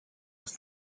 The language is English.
was